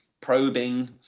probing